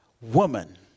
Woman